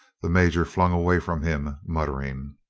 the major flung away from him, muttering.